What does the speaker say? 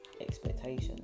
expectations